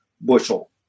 bushel